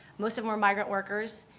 most of them were migrant workers.